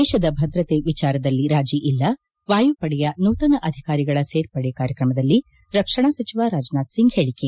ದೇಶದ ಭದ್ರತೆ ವಿಚಾರದಲ್ಲಿ ರಾಜಿ ಇಲ್ಲ ವಾಯುಪಡೆಯ ನೂತನ ಅಧಿಕಾರಿಗಳ ಸೇರ್ಪಡೆ ಕಾರ್ಯಕ್ರಮದಲ್ಲಿ ರಕ್ಷಣಾ ಸಚಿವ ರಾಜನಾಥ್ ಸಿಂಗ್ ಹೇಳಿಕೆ